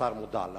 השר מודע לה,